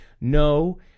no